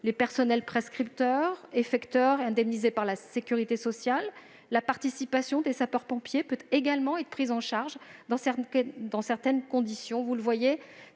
aux personnels prescripteurs, effecteurs, indemnisés par la sécurité sociale ou à la participation des sapeurs-pompiers, qui peut également être prise en charge dans certaines conditions.